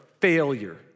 failure